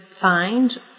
find